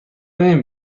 نمی